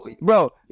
Bro